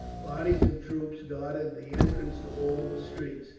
bodies of troops guarded the entrances to all the streets,